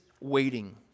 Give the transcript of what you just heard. waiting